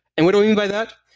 and what do i mean by that?